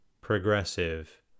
progressive